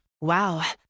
Wow